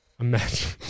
Imagine